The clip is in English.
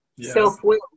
Self-will